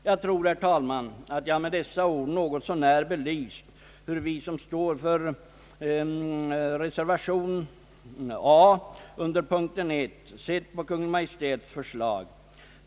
Jag tror, herr talman, att jag med dessa ord något så när belyst hur vi som står för reservationen vid punkt 1 sett på Kungl. Maj:ts förslag.